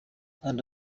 kanda